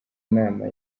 nama